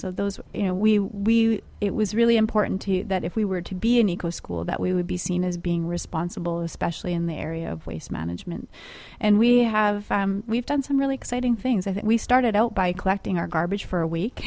of those you know we it was really important that if we were to be an eco school that we would be seen as being responsible especially in the area of waste management and we have we've done some really exciting things and we started out by collecting our garbage for a week